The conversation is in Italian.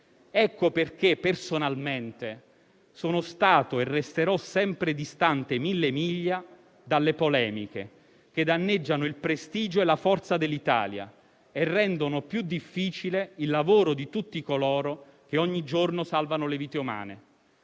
Ecco perché, personalmente, sono stato e resterò sempre distante mille miglia dalle polemiche che danneggiano il prestigio e la forza dell'Italia e rendono più difficile il lavoro di tutti coloro che ogni giorno salvano le vite umane.